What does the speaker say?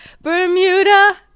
Bermuda